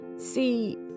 see